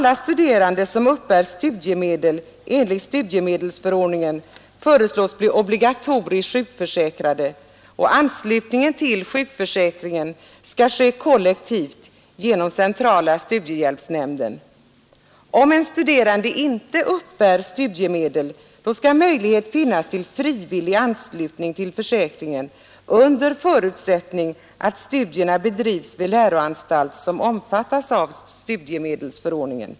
s bli obligatoriskt sjukförsäkrade, och anslutningen till sjukförsäkringen skall ske kollektivt genom centrala studiehjälpsnämnden. Om en studerande inte uppbär studiemedel, skall möjlighet finnas till frivillig anslutning till försäkringen under förutsättning att studierna bedrivs vid läroanstalt som omfattas av studiemedelsförordningen.